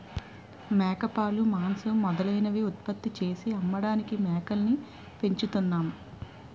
మేకపాలు, మాంసం మొదలైనవి ఉత్పత్తి చేసి అమ్మడానికి మేకల్ని పెంచుతున్నాం